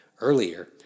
earlier